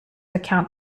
account